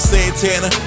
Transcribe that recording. Santana